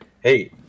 hey